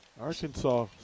Arkansas